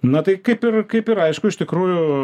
na tai kaip ir kaip ir aišku iš tikrųjų